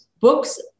books